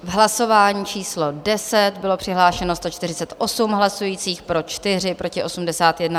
V hlasování číslo 10 bylo přihlášeno 148 hlasujících, pro 4, proti 81.